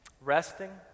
Resting